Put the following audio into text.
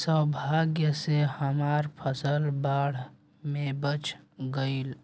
सौभाग्य से हमर फसल बाढ़ में बच गइल